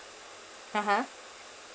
a'ah